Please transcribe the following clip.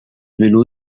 vélo